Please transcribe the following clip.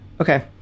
Okay